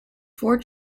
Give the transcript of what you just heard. four